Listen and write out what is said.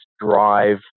drive